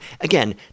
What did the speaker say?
again